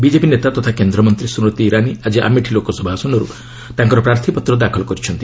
BJP ନେତା ତଥା କେନ୍ଦ୍ର ମନ୍ତ୍ରୀ ସ୍କୃତି ଇରାନୀ ଆଜି ଆମେଠି ଲୋକସଭା ଆସନରୁ ତାଙ୍କର ପ୍ରାର୍ଥୀପତ୍ର ଦାଖଲ କରିଛନ୍ତି